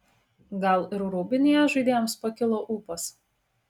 gal ir rūbinėje žaidėjams pakilo ūpas